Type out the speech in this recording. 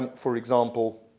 and for example,